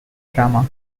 drama